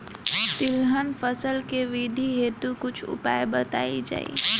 तिलहन फसल के वृद्धी हेतु कुछ उपाय बताई जाई?